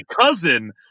cousin